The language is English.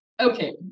Okay